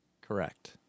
Correct